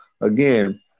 again